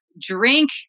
drink